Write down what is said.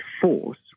force